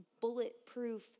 bulletproof